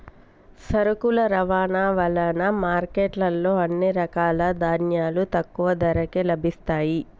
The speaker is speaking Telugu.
సరుకుల రవాణా వలన మార్కెట్ లో అన్ని రకాల ధాన్యాలు తక్కువ ధరకే లభిస్తయ్యి